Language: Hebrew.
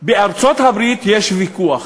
בארצות-הברית יש ויכוח,